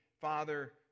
Father